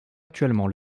actuellement